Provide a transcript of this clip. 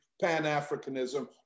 pan-Africanism